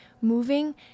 moving